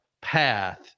path